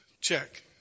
check